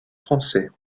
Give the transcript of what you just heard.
français